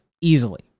easily